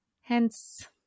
hence